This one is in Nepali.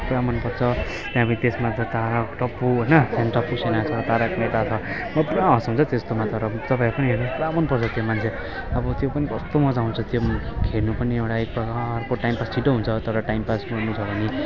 पुरा मनपर्छ त्यहाँ पछि त्यसमा छ तारक टप्पू होइन त्यहाँदेखि टप्पू सेना छ तारक मेहेता छ म पुरा हसाउँछ त्यस्तोमा तर तपाईँहरू पनि हेर्नुहोस् पुरा मनपर्छ त्यो मान्छे अब त्यो पनि कस्तो मज्जा आउँछ त्यो पनि हेर्नु पनि एउटा एकप्रकारको टाइम पास छिटो हुन्छ तर टाइम पास गर्नु छ भने